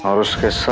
um risking